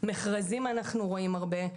הטיית מכרזים אנחנו רואים הרבה.